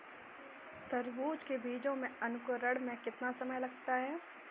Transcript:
तरबूज के बीजों के अंकुरण में कितना समय लगता है?